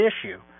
issue